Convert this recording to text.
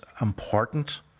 important